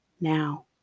now